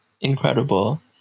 incredible